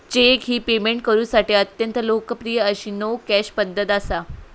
check ही payment करुसाठी अत्यंत लोकप्रिय अशी नो कॅश पध्दत असा